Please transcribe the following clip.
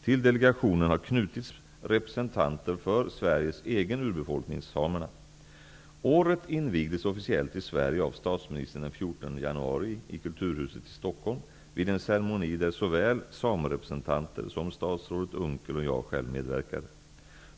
Till delegationen har knutits representanter för Sveriges egen urbefolkning -- samerna. Året invigdes officiellt i Kulturhuset i Stockholm, vid en ceremoni där såväl samerepresentanter som statsrådet Unckel och jag själv medverkade.